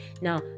Now